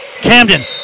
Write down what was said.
Camden